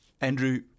Andrew